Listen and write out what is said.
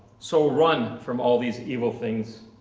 so run from all these evil things